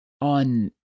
on